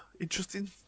interesting